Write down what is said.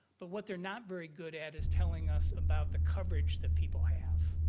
but what they're not very good at is telling us about the coverage that people have.